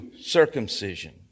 circumcision